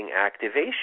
activation